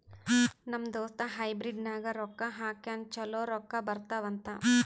ನಮ್ ದೋಸ್ತ ಹೈಬ್ರಿಡ್ ನಾಗ್ ರೊಕ್ಕಾ ಹಾಕ್ಯಾನ್ ಛಲೋ ರೊಕ್ಕಾ ಬರ್ತಾವ್ ಅಂತ್